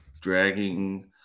dragging